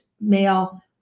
male